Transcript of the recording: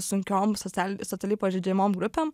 sunkiom socia socialiai pažeidžiamom grupėm